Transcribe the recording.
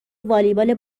والیبال